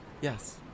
Yes